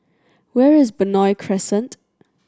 where is Benoi Crescent